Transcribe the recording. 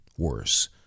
Worse